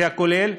זה הסכום הכולל.